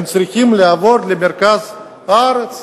הם צריכים לעבור למרכז הארץ.